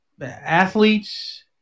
Athletes